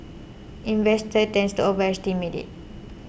investors tend to overestimate it